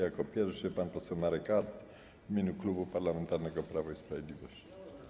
Jako pierwszy pan poseł Marek Ast w imieniu Klubu Parlamentarnego Prawo i Sprawiedliwość.